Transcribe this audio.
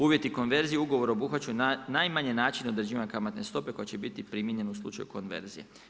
Uvjeti konverzije, ugovor obuhvaćaju najmanje način određivanja kamatne stope koja će biti primijenjena u slučaju konverzije.